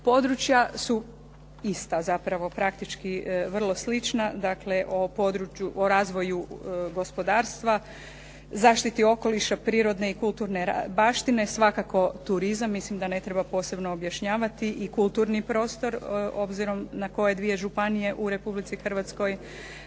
Područja su ista zapravo praktički, vrlo slična dakle o razvoju gospodarstva, zaštiti okoliša, prirodne i kulturne baštine, svakako turizam. Mislim da ne treba posebno objašnjavati, i kulturni prostor obzirom na koje dvije županije u Republici Hrvatskoj